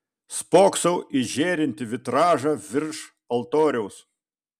spoksau į žėrintį vitražą virš altoriaus